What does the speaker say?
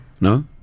no